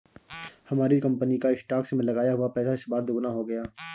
हमारी कंपनी का स्टॉक्स में लगाया हुआ पैसा इस बार दोगुना हो गया